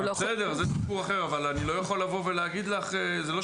בסדר, זה סיפור אחר.